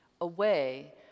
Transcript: away